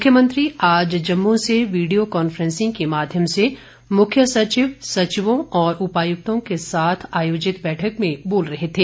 मुख्यमंत्री आज जम्मू से वीडियो कॉन्फ्रेंसिंग के माध्यम से मुख्य सचिव सचिवों और उपायुक्तों के साथ आयोजित बैठक में बोल रहे थे